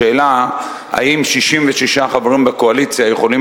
השאלה האם 66 חברים בקואליציה יכולים